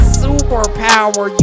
superpower